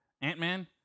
Ant-Man